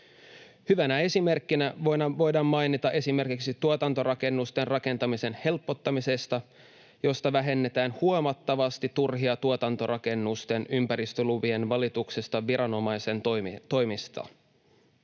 Hyvänä esimerkkinä voidaan mainita esimerkiksi tuotantorakennusten rakentamisen helpottaminen, jossa vähennetään huomattavasti turhia tuotantorakennusten ympäristölupien valituksia viranomaisten toimesta.